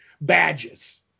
badges